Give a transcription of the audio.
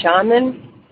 shaman